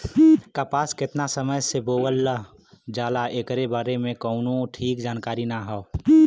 कपास केतना समय से बोअल जाला एकरे बारे में कउनो ठीक जानकारी ना हौ